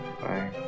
bye